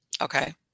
Okay